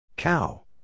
Cow